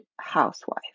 housewife